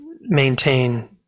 maintain